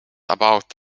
about